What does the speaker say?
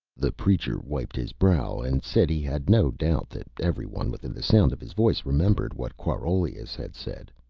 the preacher wiped his brow and said he had no doubt that every one within the sound of his voice remembered what quarolius had said,